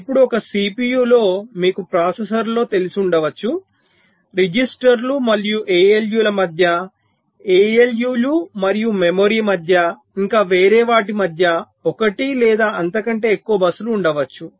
ఇప్పుడు ఒక CPU లో మీకు ప్రాసెసర్లో తెలిసి ఉండవచ్చు రిజిస్టర్లు మరియు ALU ల మధ్య ALU లు మరియు మెమరీ మధ్య ఇంకా వేరే వాటి మధ్య 1 లేదా అంతకంటే ఎక్కువ బస్సులు ఉండవచ్చు